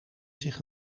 zich